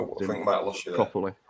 properly